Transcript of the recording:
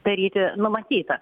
daryti numatyta